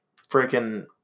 freaking